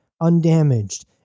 undamaged